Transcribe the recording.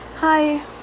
Hi